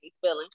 feeling